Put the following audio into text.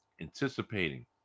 anticipating